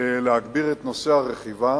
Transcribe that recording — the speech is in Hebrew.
להגביר את הרכיבה.